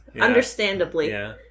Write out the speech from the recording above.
understandably